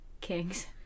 kings